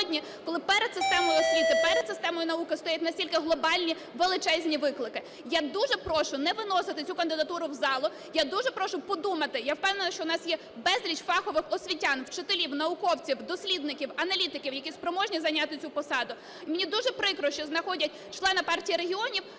коли перед системою освіти, перед системою науки стоять настільки глобальні, величезні виклики? Я дуже прошу не виносити цю кандидатуру в залу. Я дуже прошу подумати. Я впевнена, що у нас є безліч фахових освітян, вчителів, науковців, дослідників, аналітиків, які спроможні зайняти цю посаду. І мені дуже прикро, що знаходять члена Партії регіонів,